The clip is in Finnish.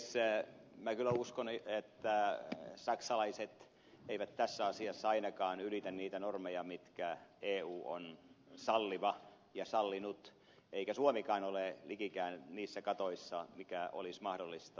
minä kyllä uskon että saksalaiset eivät tässä asiassa ainakaan ylitä niitä normeja mitkä eu on salliva ja sallinut eikä suomikaan ole likikään niissä katoissa mikä olisi mahdollista